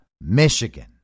Michigan